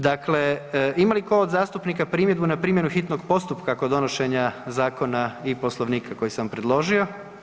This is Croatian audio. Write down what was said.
Dakle, ima li ko od zastupnika primjedbu na primjenu hitnog postupka kod donošenja zakona i Poslovnika koji sam predložio?